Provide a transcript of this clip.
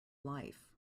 life